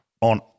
on